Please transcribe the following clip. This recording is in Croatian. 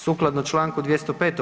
Sukladno čl. 205.